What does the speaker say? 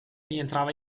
rientrava